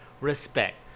respect